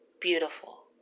beautiful